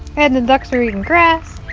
and the ducks are eating grass.